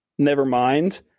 nevermind